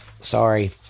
sorry